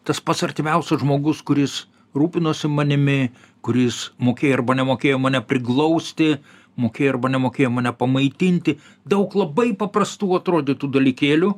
tas pats artimiausias žmogus kuris rūpinosi manimi kuris mokėjo arba nemokėjo mane priglausti mokėjo arba nemokėjo mane pamaitinti daug labai paprastų atrodytų dalykėlių